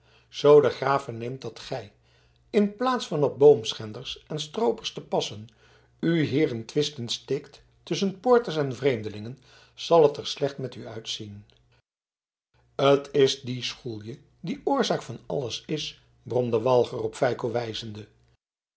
zoo de graaf verneemt dat gij in plaats van op boomschenders en stroopers te passen u hier in twisten steekt tusschen poorters en vreemdelingen zal het er slecht met u uitzien t is die schoelje die oorzaak van alles is bromde walger op feiko wijzende